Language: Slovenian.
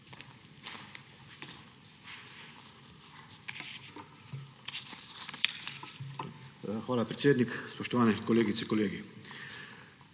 Hvala, predsednik. Spoštovani kolegice, kolegi!